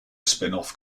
spinoff